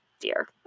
dear